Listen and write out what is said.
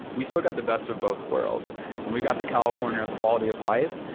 we still got the best of both worlds and we got the california quality of life,